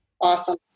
Awesome